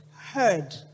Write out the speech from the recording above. heard